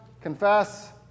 Confess